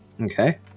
Okay